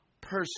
person